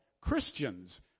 Christians